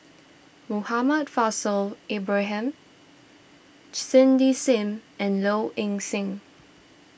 Muhammad Faishal Ibrahim Cindy Sim and Low Ing Sing